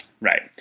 Right